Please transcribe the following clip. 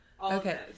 Okay